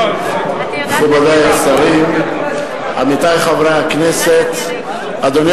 מכובדי השרים, עמיתי חברי הכנסת, אדוני